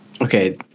Okay